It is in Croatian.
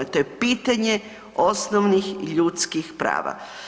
To je pitanje osnovnih i ljudskih prava.